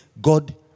God